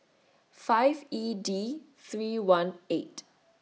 five E D three one eight